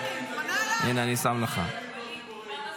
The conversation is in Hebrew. הוא פנה אליי.